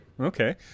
Okay